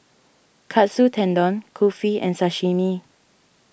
Katsu Tendon Kulfi and Sashimi